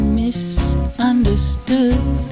misunderstood